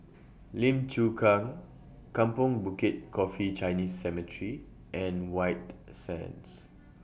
Lim Chu Kang Kampong Bukit Coffee Chinese Cemetery and White Sands